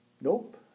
Nope